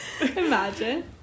Imagine